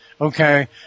Okay